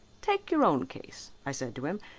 take your own case i said to him,